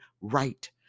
right